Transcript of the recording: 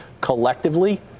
collectively